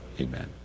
Amen